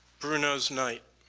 bruno's night